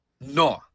no